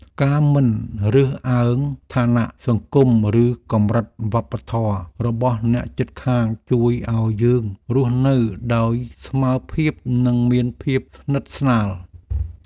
ការមិនរើសអើងឋានៈសង្គមឬកម្រិតវប្បធម៌របស់អ្នកជិតខាងជួយឱ្យយើងរស់នៅដោយស្មើភាពនិងមានភាពស្និទ្ធស្នាល។